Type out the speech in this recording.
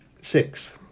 six